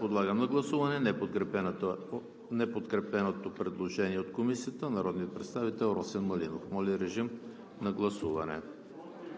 Подлагам на гласуване неподкрепеното предложение от Комисията на народния представител Росен Малинов. Гласували